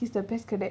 he's the best cadet